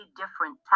different